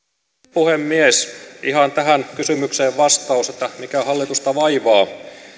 puhemies ihan tähän kysymykseen vastaus mikä hallitusta vaivaa